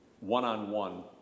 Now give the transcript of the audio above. one-on-one